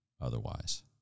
otherwise